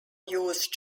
use